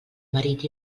marit